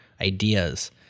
ideas